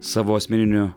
savo asmeniniu